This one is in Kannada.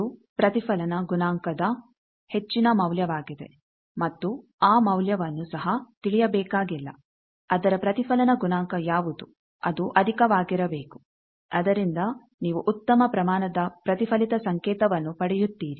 ಅದು ಪ್ರತಿಫಲನ ಗುಣಾಂಕದ ಹೆಚ್ಚಿನ ಮೌಲ್ಯವಾಗಿದೆ ಮತ್ತು ಆ ಮೌಲ್ಯವನ್ನು ಸಹ ತಿಳಿಯಬೇಕಾಗಿಲ್ಲ ಅದರ ಪ್ರತಿಫಲನ ಗುಣಾಂಕ ಯಾವುದು ಅದು ಅಧಿಕವಾಗಿರಬೇಕು ಆದರಿಂದ ನೀವು ಉತ್ತಮ ಪ್ರಮಾಣದ ಪ್ರತಿಫಲಿತ ಸಂಕೇತವನ್ನು ಪಡೆಯುತ್ತೀರಿ